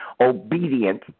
obedience